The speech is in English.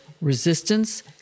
Resistance